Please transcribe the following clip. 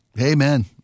Amen